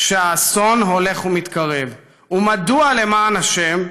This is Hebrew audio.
שהאסון הולך ומתקרב, ומדוע, למען השם,